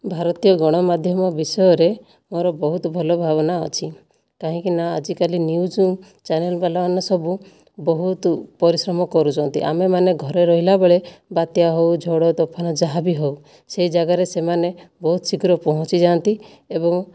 ଭାରତୀୟ ଗଣମାଧ୍ୟମ ବିଷୟରେ ମୋର ବହୁତ ଭଲ ଭାବନା ଅଛି କାହିଁକି ନା ଆଜିକାଲି ନ୍ୟୁଜ୍ ଚ୍ୟାନେଲ୍ବାଲାମାନେ ସବୁ ବହୁତ ପରିଶ୍ରମ କରୁଛନ୍ତି ଆମେମାନେ ଘରେ ରହିଲା ବେଳେ ବାତ୍ୟା ହେଉ ଝଡ଼ ତୋଫାନ ଯାହା ବି ହେଉ ସେହି ଜାଗାରେ ସେମାନେ ବହୁତ ଶୀଘ୍ର ପହଞ୍ଚିଯାଆନ୍ତି ଏବଂ